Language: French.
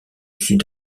sud